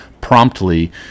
promptly